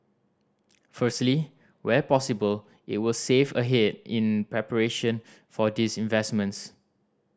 firstly where possible it will save ahead in preparation for these investments